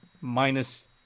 minus